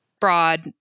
broad